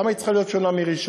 למה היא צריכה להיות שונה מראשון?